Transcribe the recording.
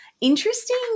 interesting